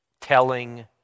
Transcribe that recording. telling